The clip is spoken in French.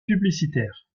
publicitaire